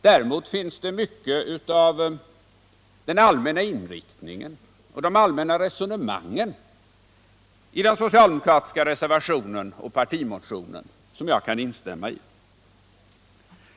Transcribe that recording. Däremot finns det mycket som jag kan instämma i när det gäller den allmänna inriktningen och de allmänna resonemangen i den socialdemokratiska reservationen och partimotionen.